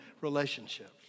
relationships